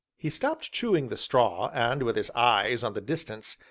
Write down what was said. he stopped chewing the straw, and with his eyes on the distance,